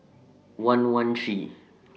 one one three